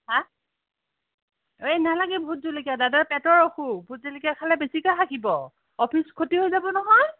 হা এই নালাগে ভুতজলকীয়া দাদাৰ পেটৰ অসুখ ভুতজলকীয়া খালে বেছিকৈ হাগিব অফিচ ক্ষতি হৈ যাব নহয়